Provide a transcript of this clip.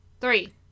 Three